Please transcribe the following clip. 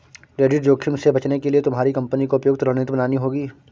credit जोखिम से बचने के लिए तुम्हारी कंपनी को उपयुक्त रणनीति बनानी होगी